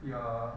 ya